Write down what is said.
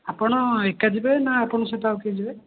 ଆପଣ ଏକା ଯିବେ ନା ଆପଣଙ୍କ ସହିତ ଆଉ କିଏ ଯିବେ